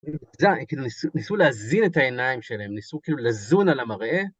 ניסו להזין את העיניים שלהם, ניסו כאילו לזון על המראה.